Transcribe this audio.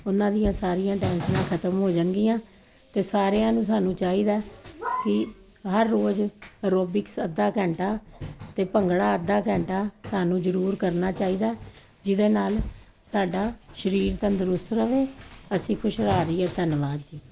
ਉਹਨਾਂ ਦੀਆਂ ਸਾਰੀਆਂ ਟੈਂਸ਼ਨਾਂ ਖਤਮ ਹੋ ਜਾਣਗੀਆਂ ਅਤੇ ਸਾਰਿਆਂ ਨੂੰ ਸਾਨੂੰ ਚਾਹੀਦਾ ਕਿ ਹਰ ਰੋਜ਼ ਐਰੋਬਿਕਸ ਅੱਧਾ ਘੰਟਾ ਅਤੇ ਭੰਗੜਾ ਅੱਧਾ ਘੰਟਾ ਸਾਨੂੰ ਜ਼ਰੂਰ ਕਰਨਾ ਚਾਹੀਦਾ ਜਿਹਦੇ ਨਾਲ ਸਾਡਾ ਸਰੀਰ ਤੰਦਰੁਸਤ ਰਹੇ ਅਸੀਂ ਖੁਸ਼ਹਾਲ ਰਹੀਏ ਧੰਨਵਾਦ ਜੀ